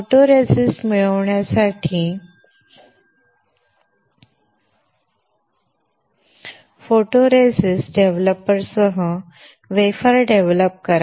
photoresist मिळविण्यासाठी photoresist डेव्हलपरसह wafer develop करा